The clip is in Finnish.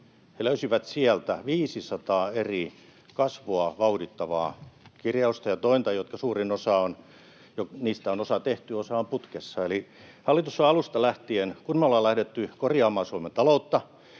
He löysivät sieltä 500 eri kasvua vauhdittavaa kirjausta ja tointa, joista osa on tehty, osa on putkessa. Eli hallitus on alusta lähtien lähtenyt korjaamaan Suomen taloutta